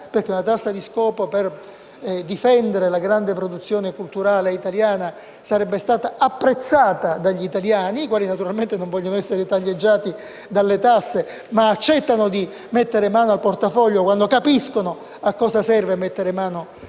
Una tassa di scopo per difendere la grande produzione culturale italiana sarebbe stata infatti apprezzata dagli italiani, i quali naturalmente non vogliono essere taglieggiati dalle tasse, ma accettano di mettere mano al portafoglio quando capiscono a cosa ciò serve. E soprattutto